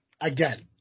Again